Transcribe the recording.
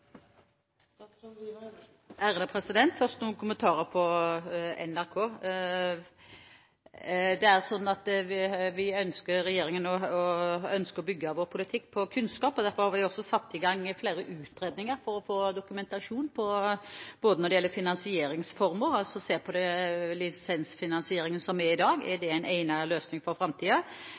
sånn at vi i regjeringen ønsker å bygge vår politikk på kunnskap. Derfor har vi satt i gang flere utredninger for å få dokumentasjon, bl.a. når det gjelder finansieringsformer, altså se på om lisensfinansieringen som er i dag, er en egnet løsning for